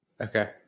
Okay